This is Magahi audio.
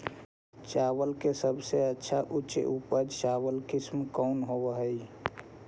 चावल के सबसे अच्छा उच्च उपज चावल किस्म कौन होव हई?